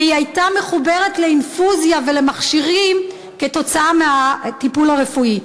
והיא הייתה מחוברת לאינפוזיה ולמכשירים כתוצאה מהטיפול הרפואי.